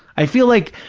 i feel like,